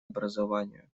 образованию